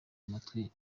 amatwi